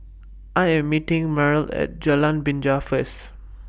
I Am meeting Mariel At Jalan Binja First